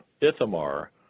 Ithamar